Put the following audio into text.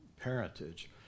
parentage